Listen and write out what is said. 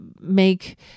make